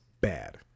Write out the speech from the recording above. bad